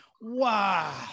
wow